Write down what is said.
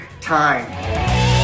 time